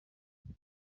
iki